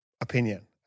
opinion